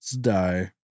die